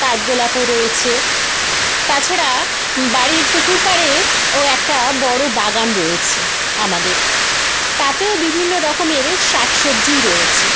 কাঠগোলাপও রয়েছে তাছাড়া বাড়ির পুকুর পাড়ে ও একটা বড়ো বাগান রয়েছে আমাদের তাতেও বিভিন্ন রকমের শাক সবজি রয়েছে